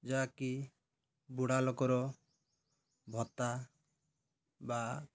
ଯାହାକି ବୁଢ଼ା ଲୋକର ଭତ୍ତା ବା